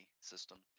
system